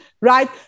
right